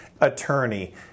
attorney